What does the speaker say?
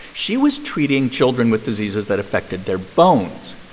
she was treating children with diseases that affected their bones.